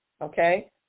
Okay